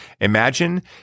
imagine